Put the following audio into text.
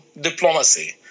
diplomacy